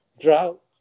drought